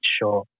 sure